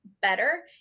better